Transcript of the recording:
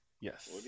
Yes